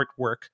artwork